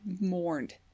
mourned